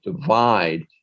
divide